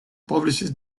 publishes